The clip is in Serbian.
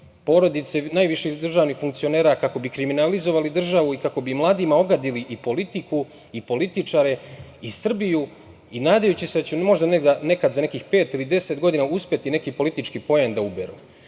porodice najviših državnih funkcionera, kako bi kriminalizovali državu i kako bi mladima ogadili i politiku i političare i Srbiju nadajući se da će oni možda negde, nekad, za nekih pet ili deset godina uspeti neki politički poen da uberu. Vidimo